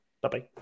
Bye-bye